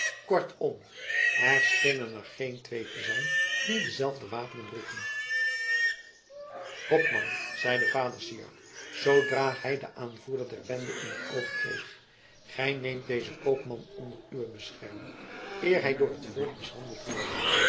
kortom er schenen er geen twee te zijn die dezelfde wapenen droegen hopman zeide vader syard zoodra hij den aanvoerder der bende in t oog kreeg gij neemt dezen koopman onder uwe bescherming eer hij door het volk mishandeld worde